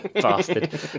bastard